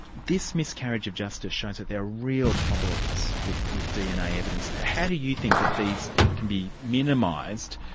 this miscarriage of justice shows that there are real problems with with dna evidence. how do you think that these can be minimised,